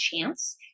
chance